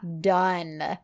done